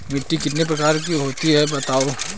मिट्टी कितने प्रकार की होती हैं बताओ?